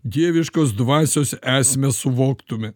dieviškos dvasios esmę suvoktume